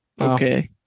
Okay